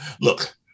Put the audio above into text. Look